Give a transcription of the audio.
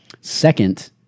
Second